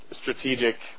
strategic